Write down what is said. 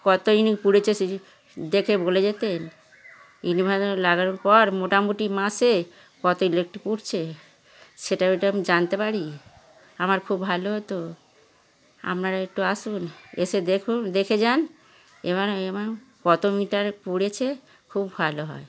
কত ইউনিট পুড়েছে সেটা দেখে বলে যেতেন ইনভার্টার লাগানোর পর মোটামুটি মাসে কত ইলেকট্রিক পুড়ছে সেটা ওটা আমি জানতে পারি আমার খুব ভালো হতো আপনারা একটু আসুন এসে দেখুন দেখে যান এবার আমি আমার কত মিটার পুড়েছে খুব ভালো হয়